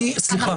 סליחה,